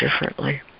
differently